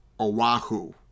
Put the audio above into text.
Oahu